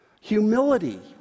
humility